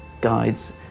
guides